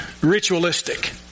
ritualistic